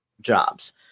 jobs